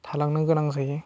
थालांनो गोनां जायो